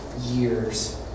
years